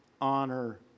honor